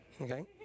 Okay